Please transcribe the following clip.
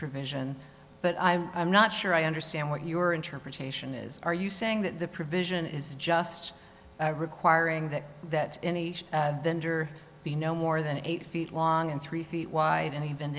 provision but i'm i'm not sure i understand what your interpretation is are you saying that the provision is just requiring that any and the under be no more than eight feet long and three feet wide and even